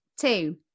two